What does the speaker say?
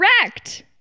correct